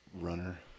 runner